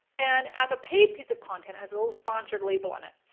and as a paid piece of content, has a little sponsored label on it.